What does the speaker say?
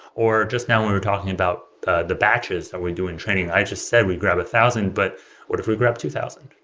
or just now we're talking about the batches that we do in training, i just said we grab a thousand, but what if we grab two thousand?